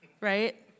right